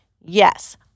Yes